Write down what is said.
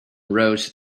rows